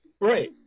Right